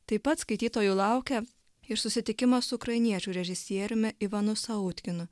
taip pat skaitytojų laukia ir susitikimas su ukrainiečių režisieriumi ivanu sautkinu